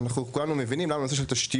ואנחנו כולנו מבינים למה נושא של תשתיות